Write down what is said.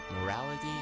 morality